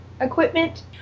equipment